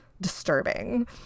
disturbing